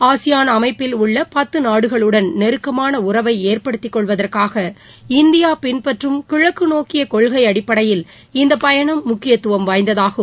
ASEAN அமைப்பில் உள்ள பத்து நாடுகளுடன் நெருக்கமான உறவை ஏற்படுத்திக் கொள்வதற்காக இந்தியா பின்பற்றும் கிழக்கு நோக்கிய கொள்கை அடிப்படையில் இந்த பயணம் முக்கியத்துவம் வாய்ந்ததாகும்